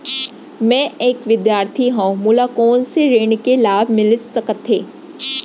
मैं एक विद्यार्थी हरव, मोला कोन से ऋण के लाभ मिलिस सकत हे?